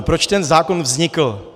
Proč ten zákon vznikl?